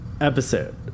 Episode